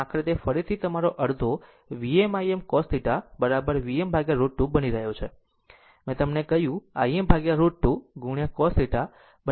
અને આખરે તે ફરીથી તમારો અડધો Vm Im cos θ Vm √ 2 બની રહ્યો છે મેં તમને કહ્યુંIm √ 2 into cos θ V I cos θ